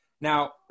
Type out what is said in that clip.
Now